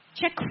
check